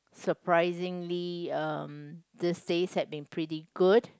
surprisingly um these days had been pretty good